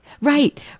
Right